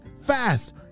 fast